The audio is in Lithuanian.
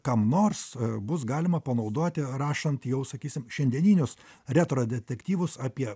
kam nors bus galima panaudoti rašant jau sakysim šiandieninius retro detektyvus apie